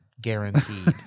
guaranteed